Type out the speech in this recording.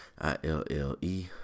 I-L-L-E